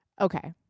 Okay